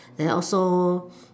and also